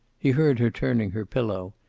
he heard her turning her pillow,